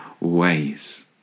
ways